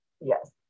Yes